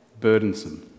burdensome